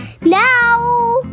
now